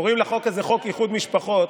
קוראים לחוק הזה "חוק איחוד משפחות",